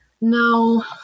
No